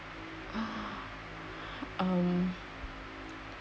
um